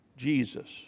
Jesus